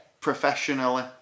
Professionally